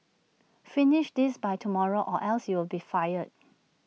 finish this by tomorrow or else you'll be fired